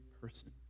person